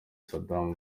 sadam